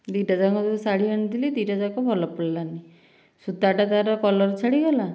ଦୁଇଟା ଯାକ ଯେଉଁ ଶାଢ଼ୀ ଆଣିଥିଲି ଭଲ ପଡ଼ିଲାନି ସୁତାଟା ତାର କଲର୍ ଛାଡ଼ିଗଲା